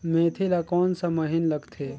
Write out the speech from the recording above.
मेंथी ला कोन सा महीन लगथे?